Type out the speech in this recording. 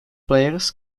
players